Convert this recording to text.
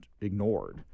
ignored